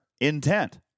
intent